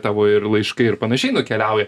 tavo ir laiškai ir panašiai nukeliauja